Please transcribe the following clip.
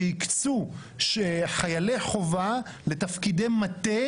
שהקצו חיילי חובה לתפקידי מטה,